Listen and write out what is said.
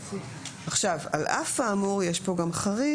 יש פה גם חריג.